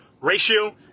ratio